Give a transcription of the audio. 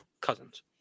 Cousins